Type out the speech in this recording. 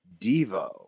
Devo